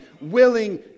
willing